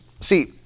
see